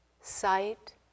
sight